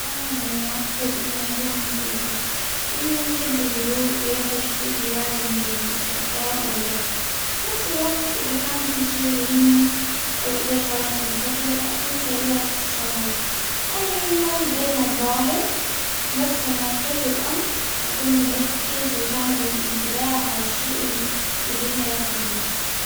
صراحة يعني أعتقد أني أكون مثل القط. أنه يحب الهدوء ويعرف كيف يوازن بين الإسترخاء واللعب. بنفس الوقت إذا كان في شيء يهمني أو إذا شعرت بالخطر أكون سريع في التصرف. يعني مأني دايما ظاهر. بس لما يحتاج الأمر أكون مركز وكامل الإنتباه على الشيء اللي يبين يركز له.